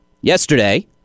Yesterday